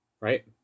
right